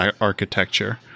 architecture